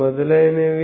మొదలైనవి